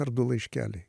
ar du laiškeliai